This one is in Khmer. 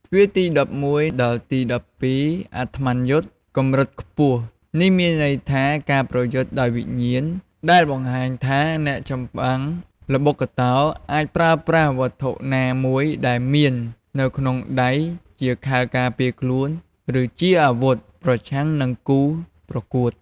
ទ្វារទី១១ ដល់ទី១២ អាត្ម័នយុទ្ធ កម្រិតខ្ពស់នេះ មានន័យថា ការប្រយុទ្ធដោយវិញ្ញាណ ដែលបង្ហាញថាអ្នកចម្បាំងល្បុក្កតោអាចប្រើប្រាស់ វត្ថុណាមួយដែលមាននៅក្នុងដៃជាខែលការពារខ្លួន ឬជាអាវុធ ប្រឆាំងនឹងគូប្រកួត។